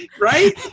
right